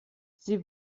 sie